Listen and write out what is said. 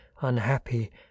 unhappy